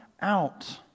out